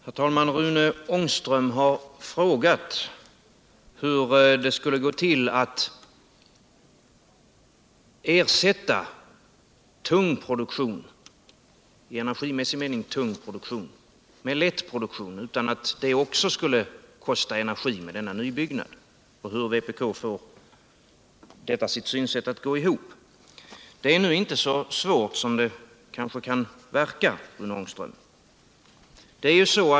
Herr talman! Rune Ångström har frågat hur det skulle gå till att ersätta i energimässig mening tung produktion med lätt produktion utan att denna nya utbyggnad också skulle kräva energi. Han frågade sig hur vpk fär detta sitt synsätt all gå ihop. Det är nu inte så svärt som det kanske kan verka, Rune Ångström.